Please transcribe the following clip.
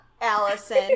Allison